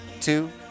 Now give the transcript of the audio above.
two